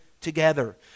together